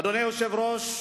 אדוני היושב-ראש,